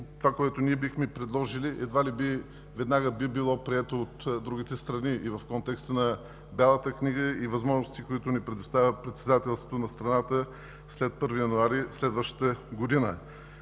това, което бихме предложили, едва ли веднага би било прието от другите страни и в контекста на Бялата книга, и възможностите, които ни предоставя председателството на страната след 1 януари следващата година.